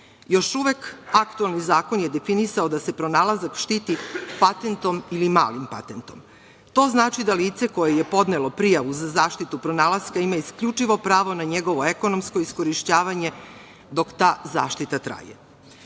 Još uvek aktuelni zakon je definisao da se pronalazak štiti patentom ili malim patentom. To znači da lice koje je podnelo prijavu za zaštitu pronalaska ima isključivo pravo na njegovo ekonomsko iskorišćavanje dok ta zaštita